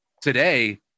today